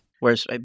Whereas